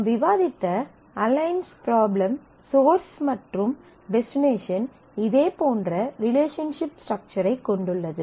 நாம் விவாதித்த அலைன்ஸ் ப்ராப்ளமின் சோர்ஸ் மற்றும் டெஸ்டினேஷன் இதே போன்ற ரிலேஷன்ஷிப் ஸ்டர்க்ச்சர் ஐக் கொண்டுள்ளது